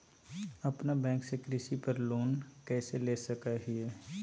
अपना बैंक से कृषि पर लोन कैसे ले सकअ हियई?